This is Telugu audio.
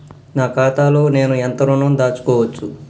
నా ఖాతాలో నేను ఎంత ఋణం దాచుకోవచ్చు?